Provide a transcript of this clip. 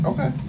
Okay